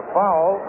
foul